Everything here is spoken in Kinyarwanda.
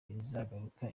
izagaruka